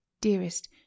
dearest